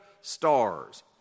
stars